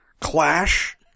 clash